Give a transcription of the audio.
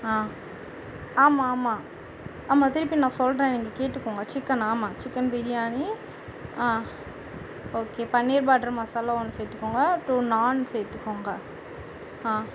ஆ ஆமாம் ஆமாம் ஆமாம் திருப்பி நான் சொல்கிறேன் நீங்கள் கேட்டுக்கோங்க சிக்கன் ஆமாம் சிக்கன் பிரியாணி ஆ ஓகே பன்னீர் பட்டர் மசாலா ஒன்று சேர்த்துக்கோங்க டூ நான் சேர்த்துக்கோங்க ஆ